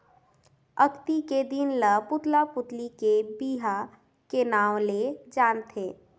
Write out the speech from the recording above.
अक्ती के दिन ल पुतला पुतली के बिहा के नांव ले जानथें